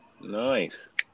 Nice